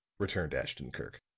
returned ashton-kirk.